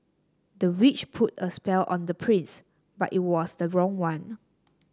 the witch put a spell on the prince but it was the wrong one